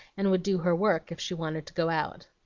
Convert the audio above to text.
and would do her work if she wanted to go out.